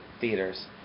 theaters